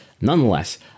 Nonetheless